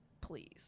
Please